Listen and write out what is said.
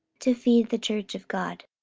to feed the church of god,